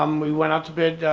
um we went out to bid